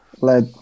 Let